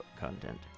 content